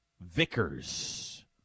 vickers